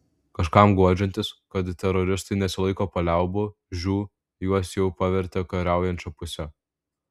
kažkam guodžiantis kad teroristai nesilaiko paliaubų žiū juos jau pavertė kariaujančia puse